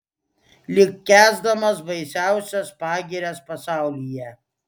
lyg kęsdamas baisiausias pagirias pasaulyje